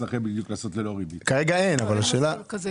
כרגע אין מסלול כזה.